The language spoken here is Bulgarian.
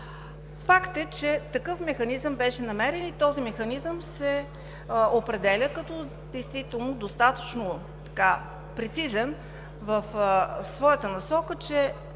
Факт е, че такъв механизъм беше намерен и този механизъм се определя като действително достатъчно прецизен в своята насока, че